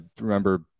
remember